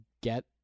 get